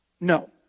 No